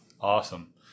awesome